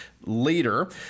later